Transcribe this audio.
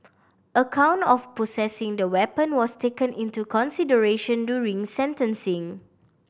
a count of possessing the weapon was taken into consideration during sentencing